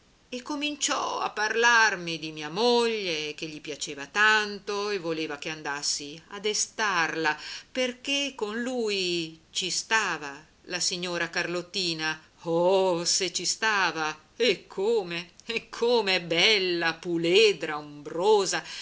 e cominciò a parlarmi di mia moglie che gli piaceva tanto e voleva che andassi a destarla perché con lui ci stava la signora carlottina oh se ci stava e come bella puledra ombrosa